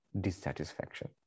dissatisfaction